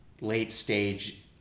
late-stage